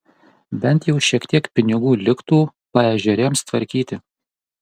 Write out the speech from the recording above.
bent jau šiek tiek pinigų liktų paežerėms tvarkyti